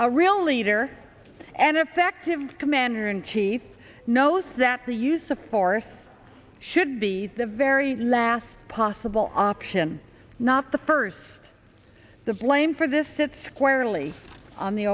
a real leader an effective commander in chief knows that the use of force should be the very last possible option not the first the blame for the fifth squarely on the